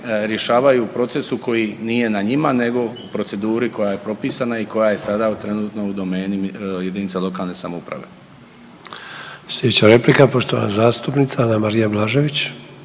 rješavaju u procesu koji nije na njima nego proceduri koja je propisana i koja je sada trenutno u domeni jedinica lokalne samouprave. **Sanader, Ante (HDZ)** Slijedeća replika poštovana zastupnica Anamarija Blažević.